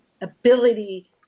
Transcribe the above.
ability